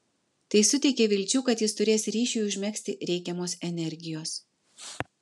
tai suteikė vilčių kad jis turės ryšiui užmegzti reikiamos energijos